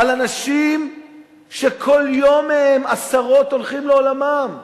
עם אנשים שכל יום עשרות מהם הולכים לעולמם?